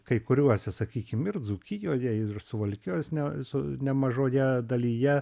kai kuriuose sakykim ir dzūkijoje ir suvalkijos ne su nemažoje dalyje